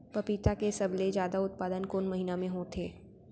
पपीता के सबले जादा उत्पादन कोन महीना में होथे?